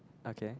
okay